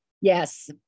Yes